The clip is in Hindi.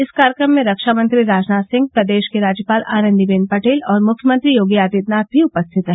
इस कार्यक्रम में रक्षामंत्री राजनाथ सिंह प्रदेश की राज्यपाल आनंदीबेन पटेल और मुख्यमंत्री योगी आदित्यनाथ भी उपस्थित रहे